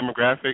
demographic